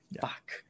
Fuck